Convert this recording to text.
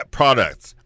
products